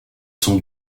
son